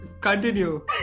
Continue